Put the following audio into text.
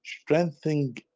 strengthening